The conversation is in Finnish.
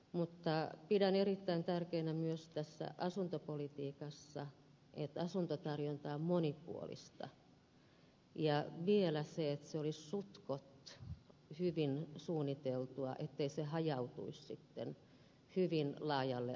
pidän myös erittäin tärkeänä tässä asuntopolitiikassa että asuntotarjonta on monipuolista ja vielä sitä että se olisi suhtkoht hyvin suunniteltua ettei se hajautuisi hyvin laajalle alueelle